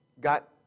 got